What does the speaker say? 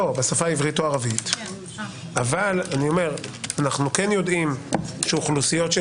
בשפה העברית או הערבית אנו כן יודעים שאוכלוסיות של